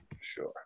Sure